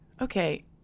okay